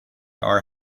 are